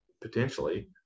potentially